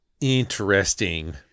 Interesting